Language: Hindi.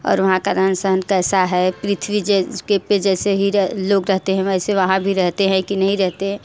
और वहाँ का रहन सहन कैसा है पृथ्वी के पर जैसे ही र लोग रहते हैं वैसे वहाँ भी रहते हैं कि नहीं रहते